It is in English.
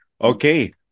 Okay